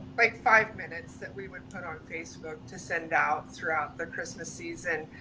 like five minutes that we would put on facebook to send out throughout the christmas season.